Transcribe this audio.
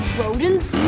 rodents